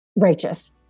righteous